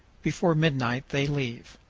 before midnight they leave.